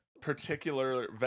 particular